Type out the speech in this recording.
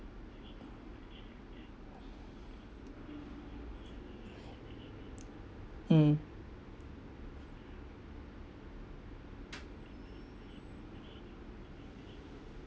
mm